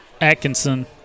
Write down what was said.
Atkinson